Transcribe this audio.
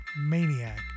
maniac